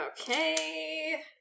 Okay